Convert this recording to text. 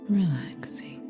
relaxing